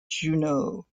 juneau